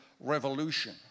revolution